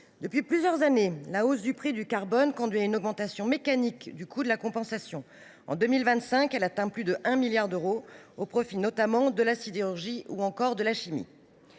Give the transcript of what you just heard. Depuis plusieurs années, la hausse du prix du carbone conduit à une augmentation mécanique du coût de la compensation. En 2025, celle ci atteindra plus de 1 milliard d’euros, au profit notamment de la sidérurgie ou de la chimie.